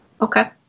Okay